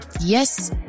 Yes